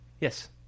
Yes